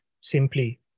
simply